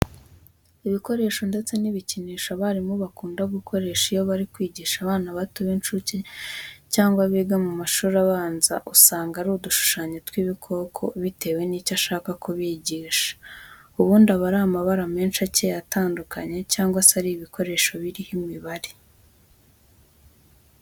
Ibikoresho ndetse n'ibikinisho abarimu bakunda gukoresha iyo bari kwigisha abana bato b'incuke cyangwa biga mu mashuri abanza, usanga hari udushushanyo tw'ibikoko bitewe n'icyo ashaka kubigisha, ubundi aba ari amabara menshi akeye atandukanye, cyangwa se ari ibikoresho biriho imibare.